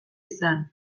izan